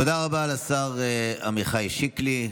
תודה רבה לשר עמיחי שקלי.